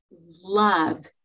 love